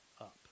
up